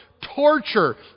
torture